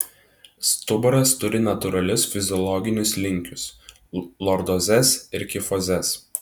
stuburas turi natūralius fiziologinius linkius lordozes ir kifozes